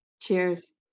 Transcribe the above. Cheers